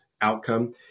outcome